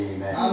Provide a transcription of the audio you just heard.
Amen